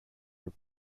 were